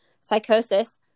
psychosis